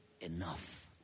enough